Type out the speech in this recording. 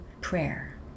prayer